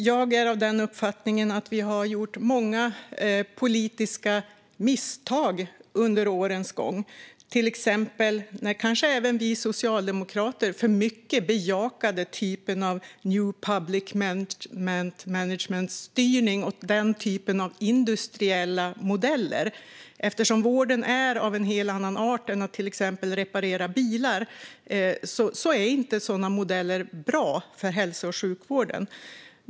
Jag är av den uppfattningen att vi har gjort många politiska misstag under årens gång, till exempel när kanske även vi socialdemokrater för mycket bejakade new public management-styrning och denna typ av industriella modeller. Eftersom vården är av en helt annan art än att till exempel reparera bilar är sådana modeller inte bra för hälso och sjukvården.